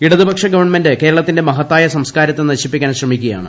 ഇടതുപക്ഷ ഗവൺമെന്റ് കേരളത്തിന്റെ മഹത്തായ സംസ്കാരത്തെ നശിപ്പിക്കാൻ ശ്രമിക്കുകയാണ്